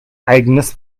eigenes